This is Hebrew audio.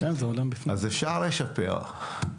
אז אפשר לשפר.